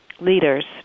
leaders